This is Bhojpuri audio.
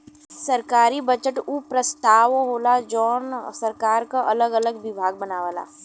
सरकारी बजट उ प्रस्ताव होला जौन सरकार क अगल अलग विभाग बनावला